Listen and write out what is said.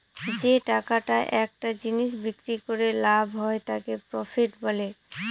যে টাকাটা একটা জিনিস বিক্রি করে লাভ হয় তাকে প্রফিট বলে